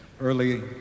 Early